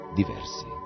diversi